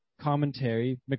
commentary